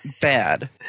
bad